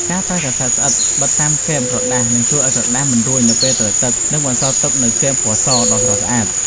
ការប្រើកាសែតស្អិតបិទតាមគែមក្រដាសនឹងជួយឱ្យក្រដាសមិនរួញនៅពេលត្រូវទឹក និង បន្សល់ទុកនូវគែមពណ៌សដ៏ស្រស់ស្អាត។